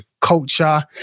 culture